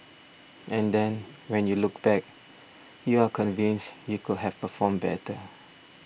and then when you look back you are convinced you could have performed better